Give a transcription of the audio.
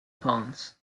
pons